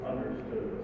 Understood